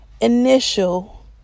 initial